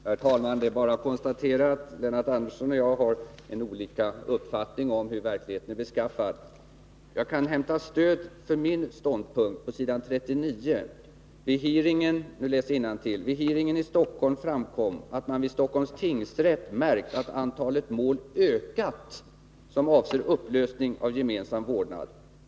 Herr talman! Det är bara att konstatera att Lennart Andersson och jag har olika uppfattningar om hur verkligheten är beskaffad. Jag kan hämta stöd för min ståndpunkt i vad som står på s. 39: ”Vid hearingen i Stockholm framkom att man vid Stockholms tingsrätt märkt att antalet mål ökat som avser upplösning av gemensam vårdnad.